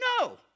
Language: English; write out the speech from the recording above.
No